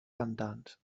cantants